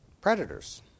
predators